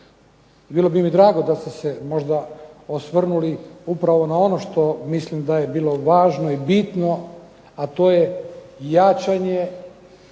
Bilo bi mi drago da ste se možda osvrnuli upravo na ono što mislim da je bilo važno i bitno, a to je jačanje